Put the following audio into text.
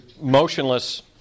motionless